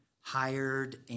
hired